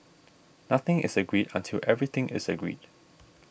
nothing is agreed until everything is agreed